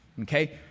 okay